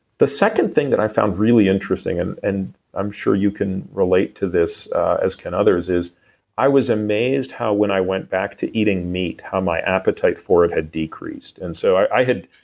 the second thing that i found really interesting, and and i'm sure you can relate to this, as can others, is i was amazed how when i went back to eating meat how my appetite for it had decreased. and so i had